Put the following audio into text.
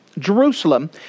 Jerusalem